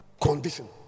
condition